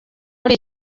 kuri